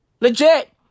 Legit